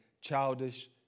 childish